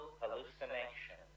hallucination